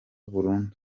burundu